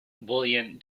bullion